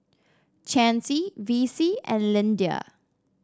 Chancey Vicie and Lyndia